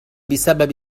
بسبب